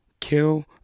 kill